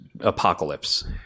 apocalypse